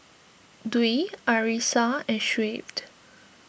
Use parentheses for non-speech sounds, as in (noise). Dwi Arissa and Shuib (unintelligible)